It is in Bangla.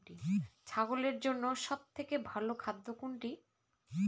ছাগলের জন্য সব থেকে ভালো খাদ্য কোনটি?